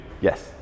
Yes